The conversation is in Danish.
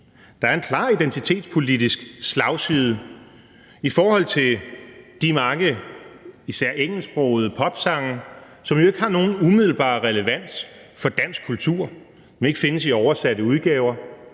Der er en klar identitetspolitisk slagside i forhold til de mange især engelsksprogede popsange, som jo ikke har nogen umiddelbar relevans for dansk kultur, men ikke findes i oversatte udgaver.